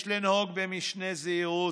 יש לנהוג במשנה זהירות",